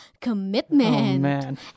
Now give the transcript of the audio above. commitment